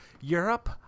Europe